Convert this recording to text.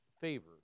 favor